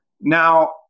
now